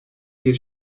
bir